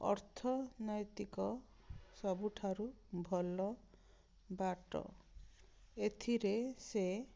ଅର୍ଥନୈତିକ ସବୁଠାରୁ ଭଲ ବାଟ ଏଥିରେ ସେ